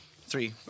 three